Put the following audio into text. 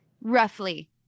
roughly